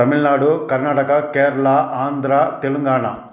Tamil Nadu Karnataka Kerala Andhra Telangana